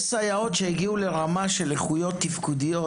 יש סייעות שהגיעו לרמת של איכויות תפקודיות,